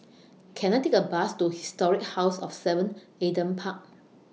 Can I Take A Bus to Historic House of seven Adam Park